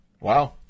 Wow